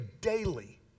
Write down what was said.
daily